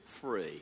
free